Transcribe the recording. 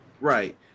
Right